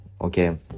okay